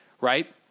right